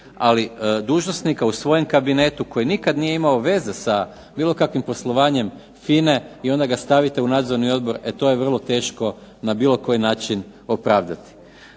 Ali dužnosnika u svojem kabinetu koji nikad nije imao veze sa bilo kakvim poslovanjem FINA-e i onda ga stavite u nadzorni odbor, e to je vrlo teško na bilo koji način opravdati.